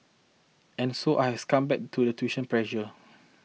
and so I has succumbed to the tuition pressure